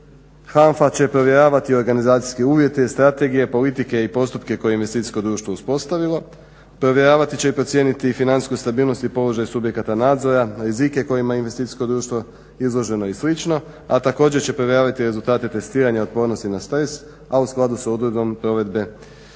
HANFA će provjeravati organizacijske uvjete, strategije politike i postupke koje je investicijsko društvo uspostavilo, provjeravati će i procijeniti financijsku stabilnost i položaj subjekata nadzora, rizike kojima je investicijsko društvo izloženo i slično, a također će provjeravati rezultate testiranja otpornosti na stres a u skladu sa odredbom provede